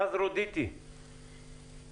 רז רודיטי, בבקשה